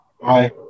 Bye